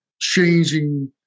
changing